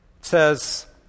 says